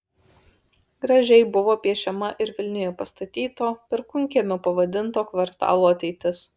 gražiai buvo piešiama ir vilniuje pastatyto perkūnkiemiu pavadinto kvartalo ateitis